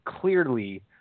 clearly